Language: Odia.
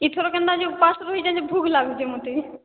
ଏଥର କେନ୍ତା ଯେ ଉପବାସ ରହିଛେ ଯେ ଭୁକ ଲାଗୁଛେ ମୋତେ